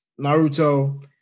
Naruto